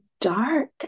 dark